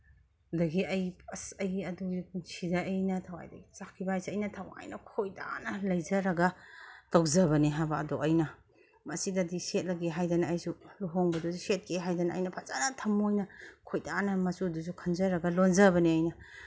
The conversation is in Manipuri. ꯗꯒꯤ ꯑꯩ ꯑꯁ ꯑꯩ ꯑꯗꯨꯒꯤ ꯄꯨꯟꯁꯤꯗ ꯑꯩꯅ ꯊꯋꯥꯏꯗꯒꯤ ꯆꯥꯛꯈꯤꯕ ꯍꯥꯏꯁꯦ ꯑꯩꯅ ꯊꯋꯥꯏꯅ ꯈꯣꯏꯗꯥꯅ ꯂꯩꯖꯔꯒ ꯇꯧꯖꯕꯅꯤ ꯍꯥꯏꯕ ꯑꯗꯣ ꯑꯩꯅ ꯃꯁꯤꯗꯗꯤ ꯁꯦꯠꯂꯒꯦ ꯍꯥꯏꯗꯅ ꯑꯩꯁꯨ ꯂꯨꯍꯣꯡꯕꯗꯁꯨ ꯁꯦꯠꯀꯦ ꯍꯥꯏꯗꯅ ꯑꯩꯅ ꯐꯖꯅ ꯊꯝꯃꯣꯏꯅ ꯈꯣꯏꯗꯥꯅ ꯃꯆꯨꯗꯨꯁꯨ ꯈꯟꯖꯔꯒ ꯂꯣꯟꯖꯕꯅꯦ ꯑꯩꯅ